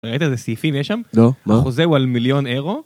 ראית איזה סעיפים יש שם? לא. מה? החוזה הוא על מיליון אירו?